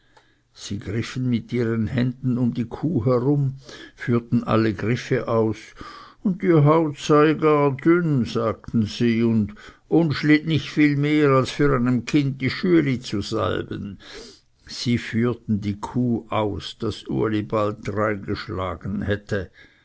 sie griffen mit ihren händen um die kuh herum führten alle griffe aus und die haut sei gar dünn sagten sie und unschlitt nicht viel mehr als für einem kind die schühli zu salben sie führten die kuh aus daß uli bald dreingeschlagen hätte